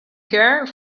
care